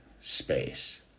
space